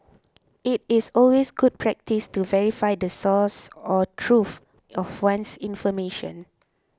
it is always good practice to verify the source or truth of one's information